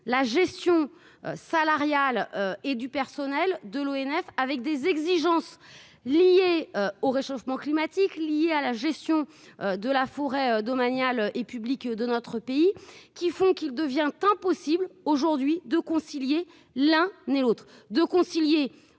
la gestion salariale et du personnel de l'ONF, avec des exigences liées au réchauffement climatique lié à la gestion de la forêt domaniale et de notre pays qui font qu'il devient impossible aujourd'hui de concilier l'un ni l'autre